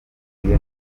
mujyi